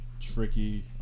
tricky